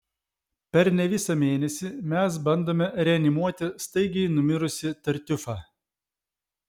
per ne visą mėnesį mes bandome reanimuoti staigiai numirusį tartiufą